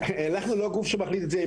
אנחנו לא הגוף שמחליט את זה.